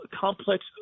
complex